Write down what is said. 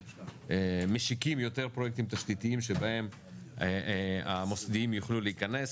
משיקים יותר פרויקטים תשתיתיים שבהם המוסדיים יוכלו להיכנס.